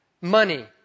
money